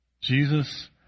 Jesus